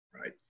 Right